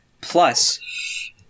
plus